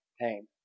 pain